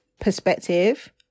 perspective